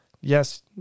yes